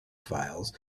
files